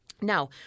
now